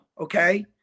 Okay